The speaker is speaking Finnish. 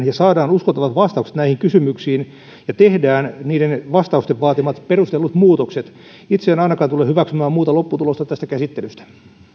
ja saadaan uskottavat vastaukset näihin kysymyksiin ja tehdään niiden vastausten vaatimat perustellut muutokset itse en ainakaan tule hyväksymään muuta lopputulosta tästä käsittelystä